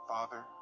Father